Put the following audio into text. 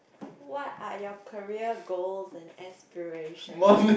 what are your career goals and aspirations